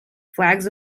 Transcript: flags